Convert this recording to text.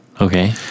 Okay